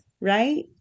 right